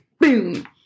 boom